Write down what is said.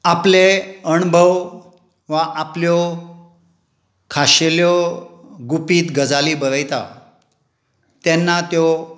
आपले अणभव वा आपल्यो खाशेल्यो गुपीत गजाली बरयता तेन्ना त्यो